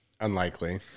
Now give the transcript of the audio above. unlikely